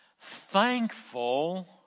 thankful